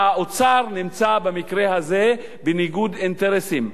והאוצר נמצא במקרה הזה בניגוד אינטרסים,